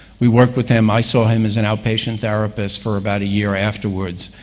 we worked with him. i saw him as an outpatient therapist for about a year afterwards,